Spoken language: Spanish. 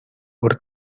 por